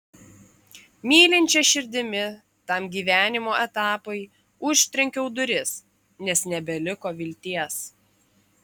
mylinčia širdimi tam gyvenimo etapui užtrenkiau duris nes nebeliko vilties